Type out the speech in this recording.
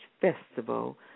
festival